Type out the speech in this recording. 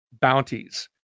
bounties